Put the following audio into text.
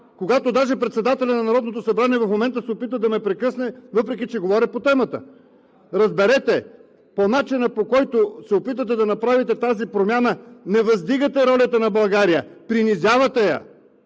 когато даже председателят на Народното събрание в момента се опитва да ме прекъсне, въпреки че говоря по темата? Разберете, по начина, по който се опитвате да направите тази промяна, не въздигате ролята на България, принизявате я,